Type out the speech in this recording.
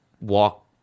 walk